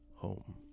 home